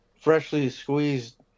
freshly-squeezed